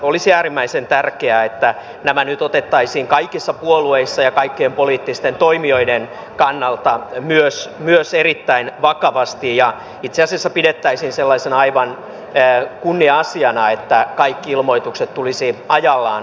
olisi äärimmäisen tärkeää että nämä nyt otettaisiin kaikissa puolueissa ja kaikkien poliittisten toimijoiden kannalta myös erittäin vakavasti ja itse asiassa pidettäisiin sellaisena aivan kunnia asiana että kaikki ilmoitukset tulisi ajallaan tehtyä